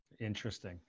Interesting